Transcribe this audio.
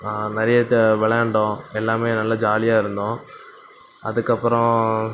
நிறைய தா விளாண்டோம் எல்லாமே நல்லா ஜாலியாக இருந்தோம் அதுக்கப்புறம்